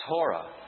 Torah